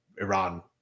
Iran